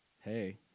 Hey